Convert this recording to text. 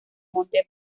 monte